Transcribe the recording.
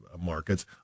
markets